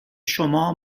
شما